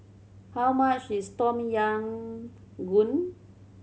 how much is Tom Yam Goong